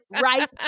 right